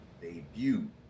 Debut